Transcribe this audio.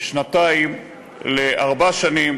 משנתיים לארבע שנים,